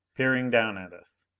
peering down at us.